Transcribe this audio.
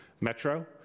Metro